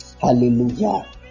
Hallelujah